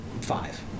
five